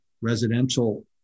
residential